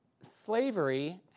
Slavery